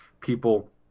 people